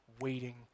waiting